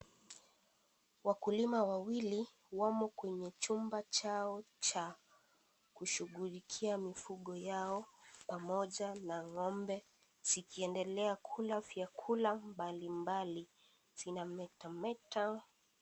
Wakulima wawili wamo kwenye chumba Chao Cha kushughulikia mfugo wao pamoja na ng'ombe zikiendelea kula vyakula mbali mbali. Zinametameta